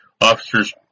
Officers